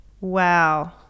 wow